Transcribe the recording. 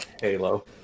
Halo